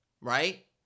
right